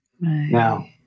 Now